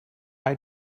eye